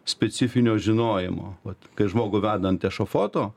specifinio žinojimo vat kai žmogų vedant ešafoto